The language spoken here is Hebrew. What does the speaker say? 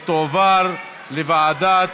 ויותר מזה,